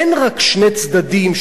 אין רק שני צדדים,